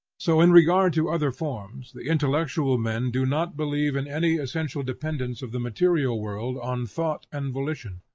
so in regard to other forms, the intellectual men do not believe in any essential dependence of the material world on thought and volition.